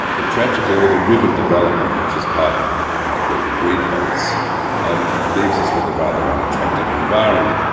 but tragically all the ribbon development, which is part of what i call the green belts um leaves us with a rather unattractive environment.